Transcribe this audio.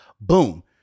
boom